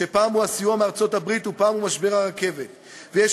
שפעם הוא הסיוע מארצות-הברית ופעם הוא משבר הרכבת ויש